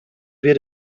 wir